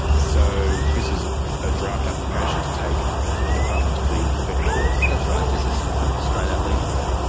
so this is a draft application to take the department to the federal court. that's right. this is a straight out legal threat.